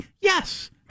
Yes